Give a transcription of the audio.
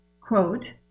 quote